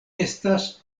estas